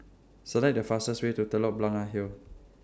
Select The fastest Way to Telok Blangah Hill